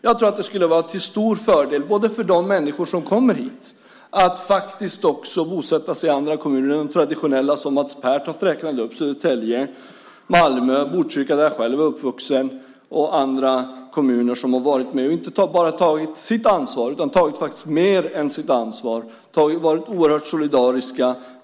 Jag tror att det skulle vara till stor fördel för de människor som kommer hit att faktiskt kunna bosätta sig i andra kommuner än de traditionella som Mats Pertoft räknade upp - Södertälje, Malmö, Botkyrka där jag är uppvuxen och andra kommuner som inte bara tagit sitt ansvar utan tagit mer än sitt ansvar och varit oerhört solidariska.